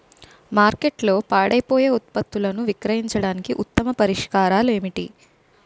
మార్కెట్లో పాడైపోయే ఉత్పత్తులను విక్రయించడానికి ఉత్తమ పరిష్కారాలు ఏంటి?